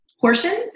portions